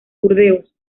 burdeos